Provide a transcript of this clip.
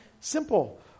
simple